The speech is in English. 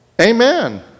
Amen